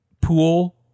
pool